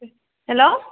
hello